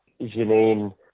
Janine